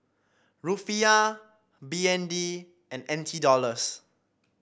Rufiyaa B N D and N T Dollars